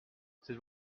cette